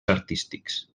artístics